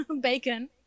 bacon